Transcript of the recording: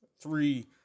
three